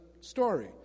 story